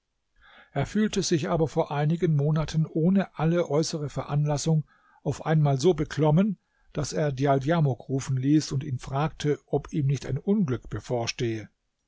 er fühlte sich aber vor einigen monaten ohne alle äußere veranlassung auf einmal so beklommen daß er djaldjamuk rufen ließ und ihn fragte ob ihm nicht ein unglück bevorstehe